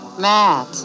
Matt